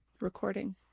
Recording